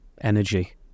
energy